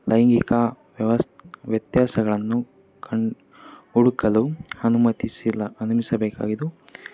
ಲೈಂಗಿಕ ವ್ಯವಸ್ ವ್ಯತ್ಯಾಸಗಳನ್ನು ಕಂಡ ಹುಡುಕಲು ಅನುಮತಿಸಿಲ್ಲ ಅನುಮಿಸಬೇಕಾಗಿದು